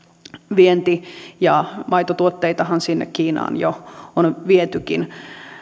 vienti ja maitotuotteitahan sinne kiinaan jo on vietykin